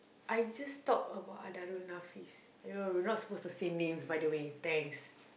I just talk about oh we're not supposed to say names by the way thanks